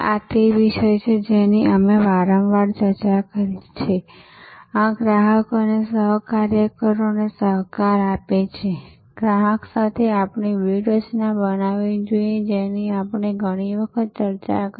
આજ ના દિવસો મા જ્યારે આપણે અવાર નવાર ગુનાહો વિષે સાંભળીએ છીએ જ્યાં કોઈ ટેક્સી ડ્રાઈવર અથવા ભાડા ની ગાડી મા લોકો જઘન્ય અપરાધ કરે છે ત્યારે આ ડબ્બાવાલા ના સંદર્ભ મા આવા કોઈ ખરાબ રેકોર્ડ નથી